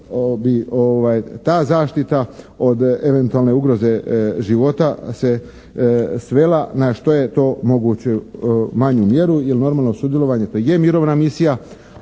kako bi ta zaštita od eventualne ugroze života se svela na što je to moguće manju mjeru jer normalno sudjelovanje to je mirovna misija.